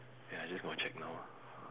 ya just go and check now ah